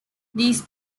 these